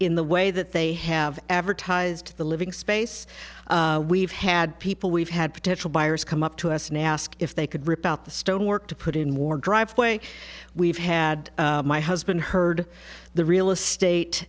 in the way that they have advertised the living space we've had people we've had potential buyers come up to us now ask if they could rip out the stonework to put in more driveway we've had my husband heard the real estate